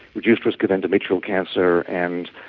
reduced risk of endometrial cancer, and